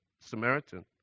Samaritan